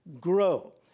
grow